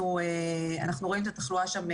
אנחנו רואים את התחלואה שם,